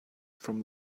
from